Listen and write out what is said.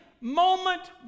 Moment